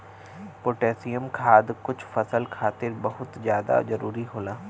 potassium खाद कुछ फसल खातिर बहुत जादा जरूरी होला